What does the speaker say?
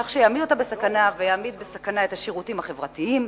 כך שיעמיד בסכנה את השירותים החברתיים,